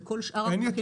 וכל שאר המונחים שקיימים,